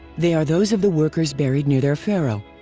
they are those of the workers buried near their pharaoh.